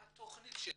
מה התכנית שלהם?